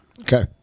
Okay